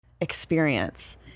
experience